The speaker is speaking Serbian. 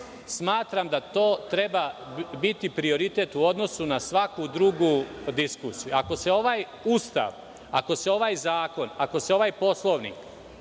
smatram da to treba biti prioritet u odnosu na svaku drugu diskusiju. Ako se ovaj Ustav, ako se ovaj zakon, ako se ovaj Poslovnik